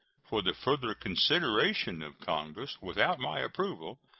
for the further consideration of congress, without my approval,